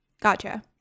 gotcha